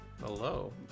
Hello